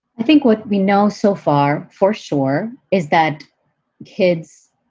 i think what we know so far for sure is that kids,